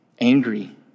angry